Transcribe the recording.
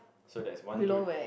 so there is one two